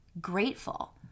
grateful